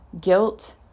guilt